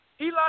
Eli